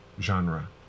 genre